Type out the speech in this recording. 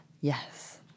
Yes